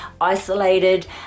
isolated